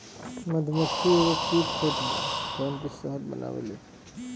मधुमक्खी एगो कीट होत बा जवन की शहद बनावेले